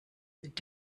mit